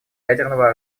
ядерного